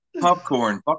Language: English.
Popcorn